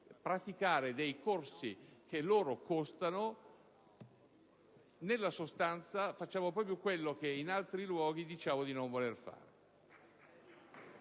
praticare dei corsi a titolo oneroso, nella sostanza facciamo proprio quello che in altri luoghi diciamo di non voler fare.